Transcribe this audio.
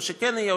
או שכן יהיה,